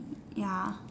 ya